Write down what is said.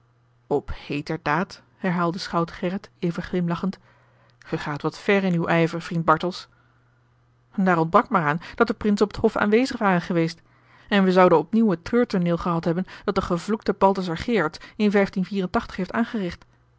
heeter daad herhaalde schout gerrit even glimlachend ge gaat wat ver in uw ijver vriend bartels daar ontbrak maar aan dat de prins op t hof aanwezig ware geweest en we zouden opnieuw het treurtooneel gehad hebben dat de gevloekte balthasar gerards in heeft aangericht